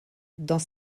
dans